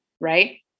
right